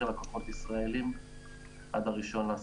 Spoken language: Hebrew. ללקוחות ישראלים עד הראשון באוקטובר.